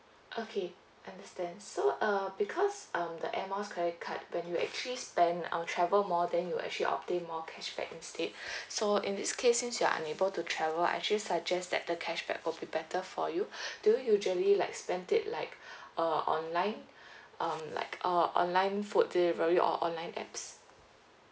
okay understand so uh because um the air miles credit card when you actually spend uh travel more then you'll actually obtain more cashback instead so in this case since you are unable to travel I actually suggest that the cashback will be better for you do you usually like spend it like uh online um like uh online food delivery or online apps